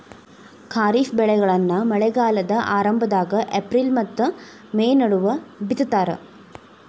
ಖಾರಿಫ್ ಬೆಳೆಗಳನ್ನ ಮಳೆಗಾಲದ ಆರಂಭದಾಗ ಏಪ್ರಿಲ್ ಮತ್ತ ಮೇ ನಡುವ ಬಿತ್ತತಾರ